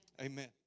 amen